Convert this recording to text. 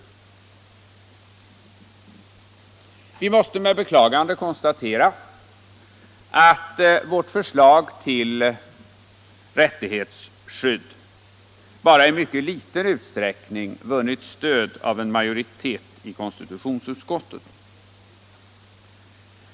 Vi måste med beklagande konstatera att våra förslag till rättighetsskydd bara i mycket liten utsträckning vunnit stöd av en majoritet i konstitutionsutskottet.